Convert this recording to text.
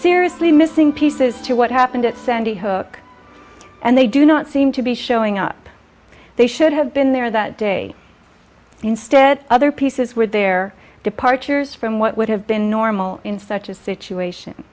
seriously missing pieces to what happened at sandy hook and they do not seem to be showing up they should have been there that day instead other pieces with their departures from what would have been normal in such a situation